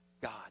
God